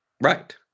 Right